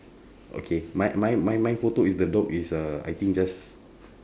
okay my my my my photo is the dog is uh I think just